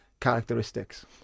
characteristics